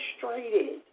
frustrated